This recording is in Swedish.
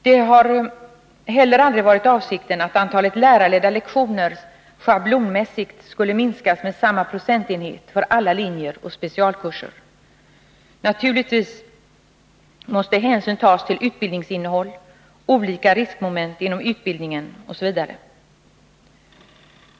Det har heller aldrig varit avsikten att antalet lärarledda lektioner schablonmässigt skulle minskas med samma procentenhet för alla linjer och specialkurser. Naturligtvis måste hänsyn tas till utbildningsinnehåll, olika riskmoment inom utbildningen osv.